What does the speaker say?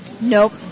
nope